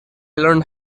learned